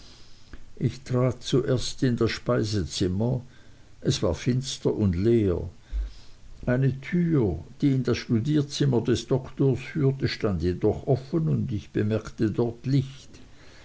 ich trat zuerst in das speisezimmer es war finster und leer eine tür die in das studierzimmer des doktors führte stand jedoch offen und ich bemerkte dort licht